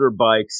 motorbikes